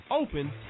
Open